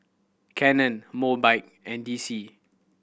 Canon Mobike and D C